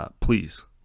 please